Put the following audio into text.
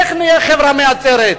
איך נהיה חברה מייצרת?